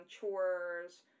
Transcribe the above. chores